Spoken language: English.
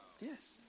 Yes